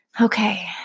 Okay